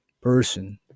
person